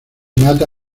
mata